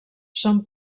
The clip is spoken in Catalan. són